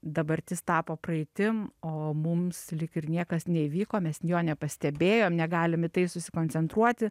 dabartis tapo praeitim o mums lyg ir niekas neįvyko mes jo nepastebėjom negalim į tai susikoncentruoti